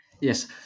Yes